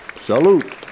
Salute